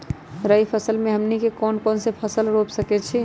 रबी फसल में हमनी के कौन कौन से फसल रूप सकैछि?